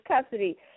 custody